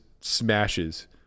smashes